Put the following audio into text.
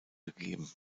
gegeben